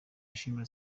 ashimira